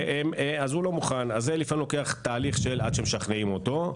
לפעמים זה לוקח תהליך ארוך עד שמשכנעים אותו,